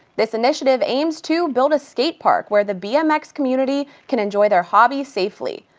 this initiative aims to build a skate park where the bmx community can enjoy their hobby safely.